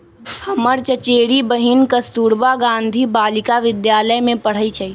हमर चचेरी बहिन कस्तूरबा गांधी बालिका विद्यालय में पढ़इ छइ